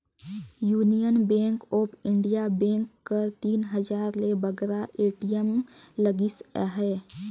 union bank of India bank कर तीन हजार ले बगरा ए.टी.एम लगिस अहे